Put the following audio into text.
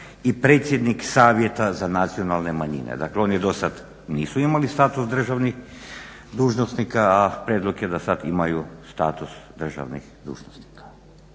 i predsjednik Savjeta za nacionalne manjine. Dakle, oni dosad nisu imali status državnih dužnosnika, a prijedlog je da sad imaju status državnih dužnosnika.